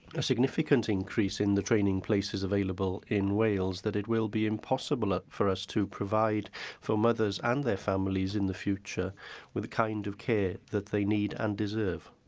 a significant increase in the training places available in wales, it will be impossible ah for us to provide for mothers and their families in the future with the kind of care that they need and deserve?